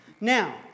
Now